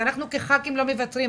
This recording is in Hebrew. ואנחנו כח"כים לא מוותרים.